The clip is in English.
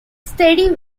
study